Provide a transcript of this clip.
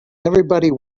everybody